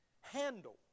handle